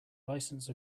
license